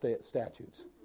statutes